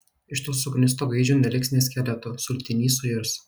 iš to suknisto gaidžio neliks nė skeleto sultiny suirs